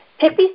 Pippi